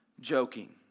joking